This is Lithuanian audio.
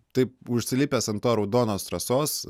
taip užsilipęs ant to raudonos trasos